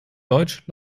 deutsch